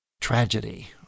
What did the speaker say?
tragedy